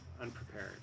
unprepared